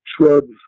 shrubs